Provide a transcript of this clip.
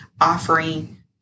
offering